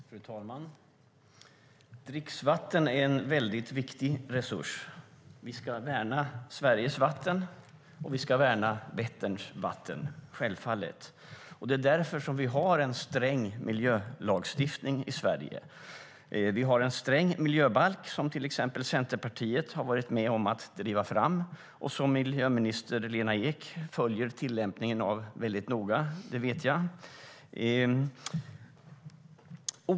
Fru talman! Dricksvatten är en väldigt viktig resurs. Vi ska värna Sveriges vatten, och vi ska självfallet värna Vätterns vatten. Det är därför som vi har en sträng miljölagstiftning i Sverige. Vi har en sträng miljöbalk, som till exempel Centerpartiet har varit med om att driva fram och som miljöminister Lena Ek följer tillämpningen av väldigt noga - det vet jag.